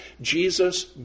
Jesus